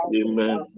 amen